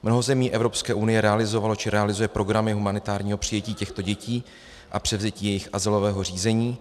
Mnoho zemí Evropské unie realizovalo či realizuje programy humanitárního přijetí těchto dětí a převzetí jejich azylového řízení.